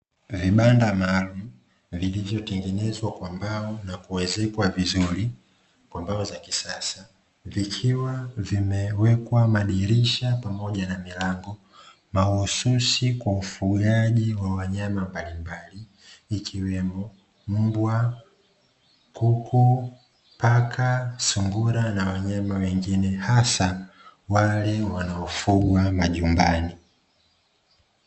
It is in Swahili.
Vibanda maalumu vilivotengenezwa kwa mbao na kuezekwa vizuri kwa mbao za kisasa, vikiwa vimewekwa madirisha pamoja na milango, mahususi kwa ufugaji wa wanyama mbalimbali, ikiwemo: mbwa, kuku, paka, sungura na wanyama wengine, hasa wale wanaofugwa majumbani.